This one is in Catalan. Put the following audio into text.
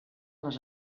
les